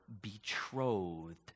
betrothed